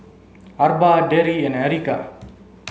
Arba Darry and Erica